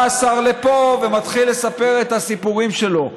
בא השר לפה ומתחיל לספר את הסיפורים שלו.